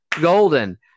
golden